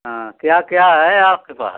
हाँ क्या क्या है आपके पास